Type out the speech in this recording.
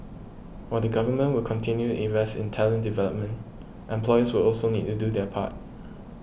while the Government will continue invest in talent development employers will also need to do their part